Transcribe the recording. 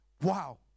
wow